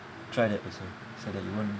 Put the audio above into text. try that also so that you won't